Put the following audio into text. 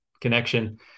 connection